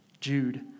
Jude